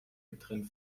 getrennt